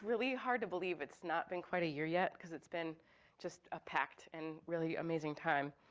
really hard to believe it's not been quite a year yet, cause it's been just a packed and really amazing time.